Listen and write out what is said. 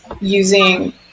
using